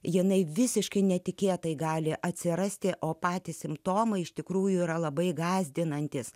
jinai visiškai netikėtai gali atsirasti o patys simptomai iš tikrųjų yra labai gąsdinantys